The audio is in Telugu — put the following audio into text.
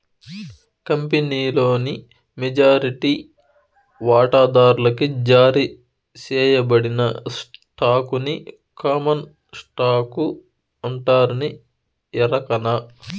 కంపినీలోని మెజారిటీ వాటాదార్లకి జారీ సేయబడిన స్టాకుని కామన్ స్టాకు అంటారని ఎరకనా